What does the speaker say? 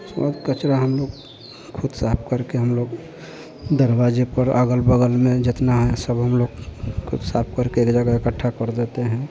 सुबह कचरा हम लोग ख़ुद साफ करके हम लोग दरवाज़े पर अग़ल बग़ल में जितना है सब हम लोग ख़ुद साफ करके एक जगह इकट्ठा कर देते हैं